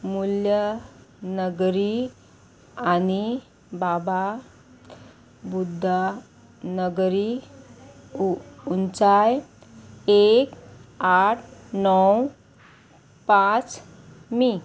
मूल्य नगरी आनी बाबा बुद्दा नगरी उंचाय एक आठ णव पांच मी